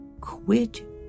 Quit